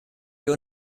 für